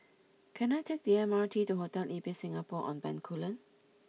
can I take the M R T to Hotel Ibis Singapore On Bencoolen